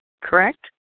correct